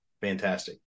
Fantastic